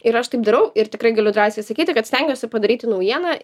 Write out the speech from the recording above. ir aš taip darau ir tikrai galiu drąsiai sakyti kad stengiuosi padaryti naujieną